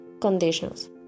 conditions